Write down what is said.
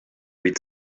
read